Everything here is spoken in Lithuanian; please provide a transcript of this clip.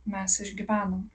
mes išgyvenom